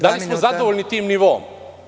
Da li smo zadovoljni tim nivoom?